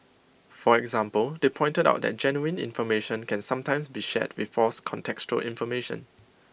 for example they pointed out that genuine information can sometimes be shared with false contextual information